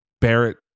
Barrett